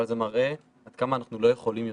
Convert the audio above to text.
אבל זה מראה עד כמה אנחנו לא יכולים יותר.